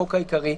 החוק העיקרי),